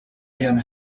him